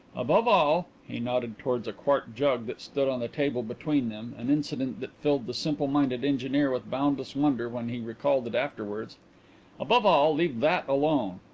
above all he nodded towards a quart jug that stood on the table between them, an incident that filled the simple-minded engineer with boundless wonder when he recalled it afterwards above all, leave that alone.